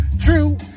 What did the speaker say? True